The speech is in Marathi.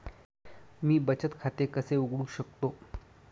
मी बचत खाते कसे उघडू शकतो?